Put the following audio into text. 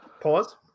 Pause